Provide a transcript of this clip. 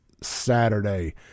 Saturday